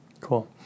Cool